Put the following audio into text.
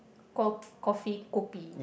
call coffee kopi